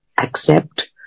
accept